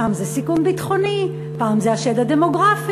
פעם זה סיכון ביטחוני, פעם זה השד הדמוגרפי.